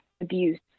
abuse